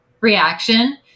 reaction